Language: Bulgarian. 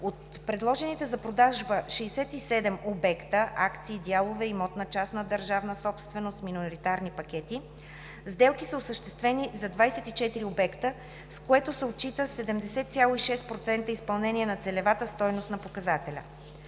От предложените за продажба 67 обекта (акции/дялове, имоти-частна държавна собственост миноритарни пакети), сделки са осъществени за 24 обекта, с което се отчита 70,6% изпълнение на целевата стойност на показателя.